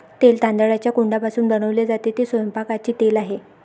तेल तांदळाच्या कोंडापासून बनवले जाते, ते स्वयंपाकाचे तेल आहे